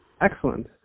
Excellent